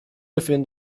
within